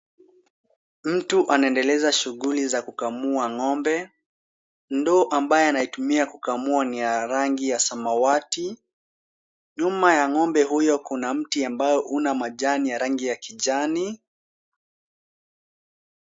Mtu anaendeleza shughuli za kukamua ng'ombe. Ndoo ambayo anaitumia kukamua ni ya rangi ya samawati. Nyuma ya ng'ombe huyo kuna mti ambao una majani ya rangi ya kijani.